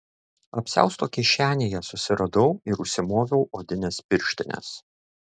apsiausto kišenėje susiradau ir užsimoviau odines pirštines